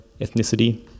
ethnicity